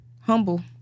humble